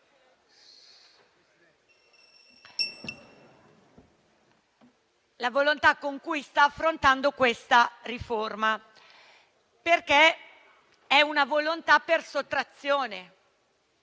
la volontà con cui sta affrontando questa riforma. È infatti una volontà per sottrazione: